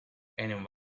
and